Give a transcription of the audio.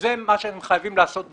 וזה מה שאתם חייבים לעשות בחוק.